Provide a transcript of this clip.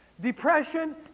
Depression